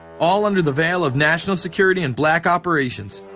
all under the veil of national security and black operations,